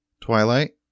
Twilight